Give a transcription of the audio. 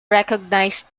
recognized